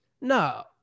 No